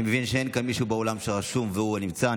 אני מבין שאין כאן מישהו באולם שרשום והוא נמצא,